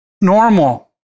normal